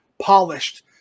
polished